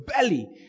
belly